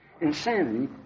insanity